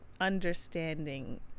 understanding